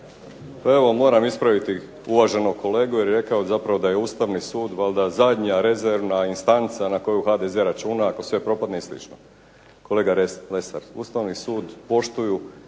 Evo moram ispraviti uvaženog kolegu jer je rekao zapravo da je Ustavni sud valjda zadnja rezervna instanca na koju HDZ računa ako sve propadne i slično. Kolega Lesar, Ustavni sud poštuju